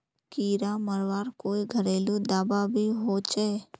कीड़ा मरवार कोई घरेलू दाबा भी होचए?